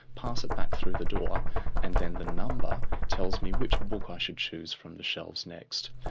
pass it back through the door and then the number tells me which book i should choose from the shelves next.